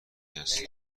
است